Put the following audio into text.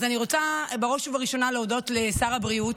אני רוצה בראש ובראשונה להודות לשר הבריאות,